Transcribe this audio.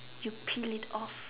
you peel it off